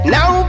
Now